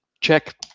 check